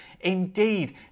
Indeed